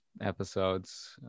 episodes